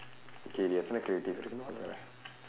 okay there are so many creative I don't know how